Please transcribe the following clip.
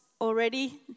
already